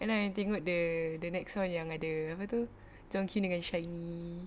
and then I tengok the the next one yang ada apa tu jonghyun dengan shinee